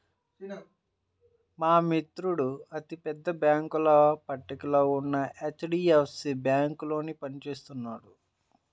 మా మిత్రుడు అతి పెద్ద బ్యేంకుల పట్టికలో ఉన్న హెచ్.డీ.ఎఫ్.సీ బ్యేంకులో పని చేస్తున్నాడు